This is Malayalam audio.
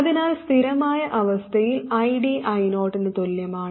അതിനാൽ സ്ഥിരമായ അവസ്ഥയിൽ ഐഡി I0 ന് തുല്യമാണ്